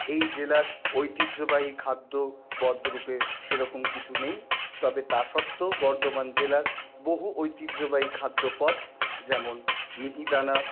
এই জেলার ঐতিহ্যবাহী খাদ্যপদ রূপে সেরকম কিছু নেই তবে তা সত্ত্বেও বর্ধমান জেলার বহু ঐতিহ্যবাহী খাদ্যপদ যেমন মিহিদানা